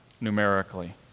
numerically